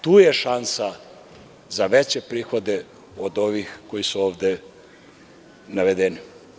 Tu je šansa za veće prihode od ovih koji su ovde navedeni.